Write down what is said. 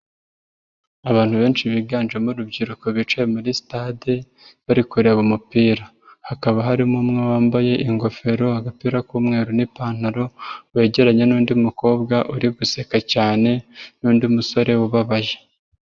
Abantu benshi biganjemo urubyiruko bicaye muri sitade bari kureba umupira, hakaba harimo umwe wambaye ingofero, agapira k'umweru n'ipantaro wegeranye n'undi mukobwa uri guseka cyane n'undi musore ubabaye.